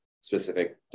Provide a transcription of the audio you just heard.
specific